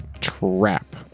Trap